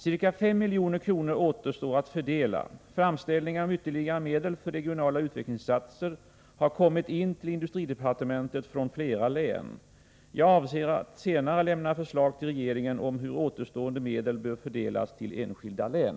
Ca 5 milj.kr. återstår att fördela. Framställningar om ytterligare medel för regionala utvecklingsinsatser har kommit in till industridepartementet från flera län. Jag avser-att senare lämna förslag till regeringen om hur återstående medel bör fördelas till enskilda län.